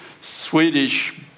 Swedish